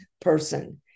person